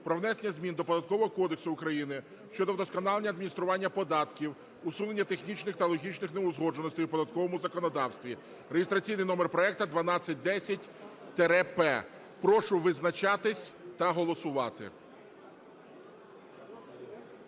про внесення змін до Податкового кодексу України щодо вдосконалення адміністрування податків, усунення технічних та логічних неузгодженостей в податковому законодавстві (реєстраційний номер проекту 1210-П) Прошу визначатись та голосувати.